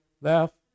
left